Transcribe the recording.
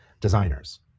designers